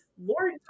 Lord